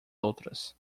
outras